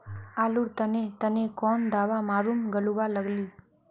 आलूर तने तने कौन दावा मारूम गालुवा लगली?